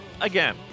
again